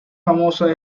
famosa